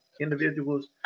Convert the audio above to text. individuals